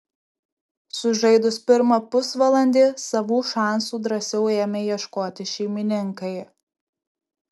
sužaidus pirmą pusvalandį savų šansų drąsiau ėmė ieškoti šeimininkai